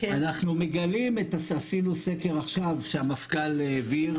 אנחנו מגלים, עשינו סקר עכשיו שהמפכ"ל העביר.